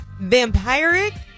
vampiric